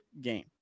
game